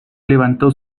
levantó